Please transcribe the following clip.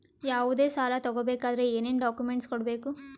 ಯಾವುದೇ ಸಾಲ ತಗೊ ಬೇಕಾದ್ರೆ ಏನೇನ್ ಡಾಕ್ಯೂಮೆಂಟ್ಸ್ ಕೊಡಬೇಕು?